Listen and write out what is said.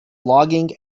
logging